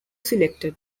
selected